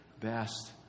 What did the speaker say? best